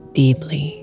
deeply